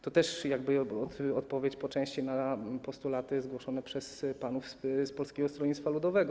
To też jest jakby odpowiedź po części na postulaty zgłoszone przez panów z Polskiego Stronnictwa Ludowego.